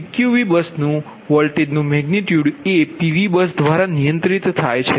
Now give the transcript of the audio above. PQV બસનું વોલ્ટેજનુ magnitude એ PV બસ દ્વારા નિયંત્રિત થાય છે